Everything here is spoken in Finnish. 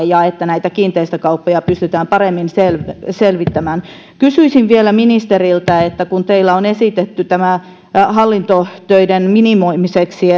ja että näitä kiinteistökauppoja pystytään paremmin selvittämään selvittämään kysyisin vielä ministeriltä kun on esitetty hallintotöiden minimoimiseksi